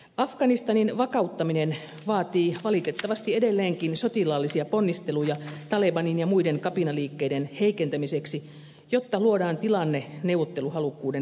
afganistanin vakauttaminen vaatii valitettavasti edelleenkin sotilaallisia ponnisteluja talebanin ja muiden kapinaliikkeiden heikentämiseksi jotta luodaan tilanne neuvotteluhalukkuuden lisäämiseksi